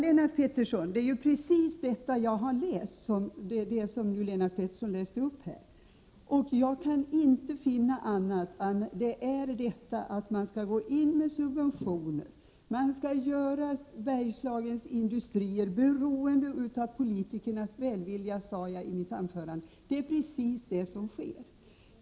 Fru talman! Ja, Lennart Pettersson, jag har läst precis det som Lennart Pettersson läste upp här, och jag kan inte finna annat än att det betyder att man skall gå in med subventioner. Man skall göra Bergslagens industrier beroende av politikernas välvilja, sade jag i mitt anförande. Det är precis det som sker.